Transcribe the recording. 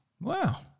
Wow